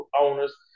owners